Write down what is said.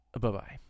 Bye-bye